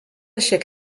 šiek